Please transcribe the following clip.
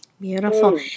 Beautiful